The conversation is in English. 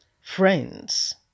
Friends